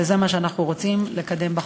וזה מה שאנחנו רוצים לקדם בחוק.